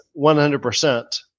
100%